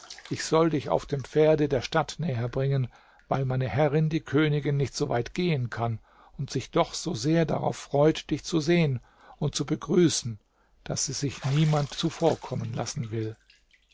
ich soll dich auf dem pferde der stadt näher bringen weil meine herrin die königin nicht so weit gehen kann und sich doch so sehr darauf freut dich zu sehen und zu begrüßen daß sie sich niemand zuvorkommen lassen will